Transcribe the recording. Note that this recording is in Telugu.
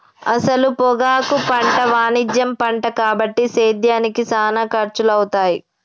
అసల పొగాకు పంట వాణిజ్య పంట కాబట్టి సేద్యానికి సానా ఖర్సులవుతాయి